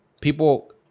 people